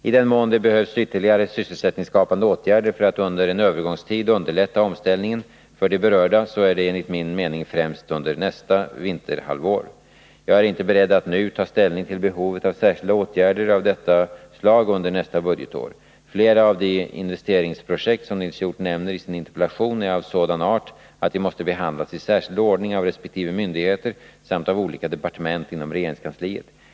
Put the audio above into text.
I den mån det behövs ytterligare sysselsättningsskapande åtgärder för att under en övergångstid underlätta omställningen för de berörda så är det enligt min mening främst under nästa vinterhalvår. Jag är inte beredd att nu ta ställning till behovet av särskilda åtgärder av detta slag under nästa budgetår. Flera av de investeringsprojekt som Nils Hjorth nämner i sin interpellation är av sådan art att de måste behandlas i särskild ordning av resp. myndigheter samt av olika departement inom regeringskansliet.